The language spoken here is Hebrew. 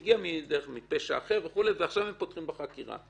זה הגיע דרך פשע אחר, ועכשיו הם פותחים בחקירה.